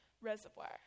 reservoir